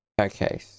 okay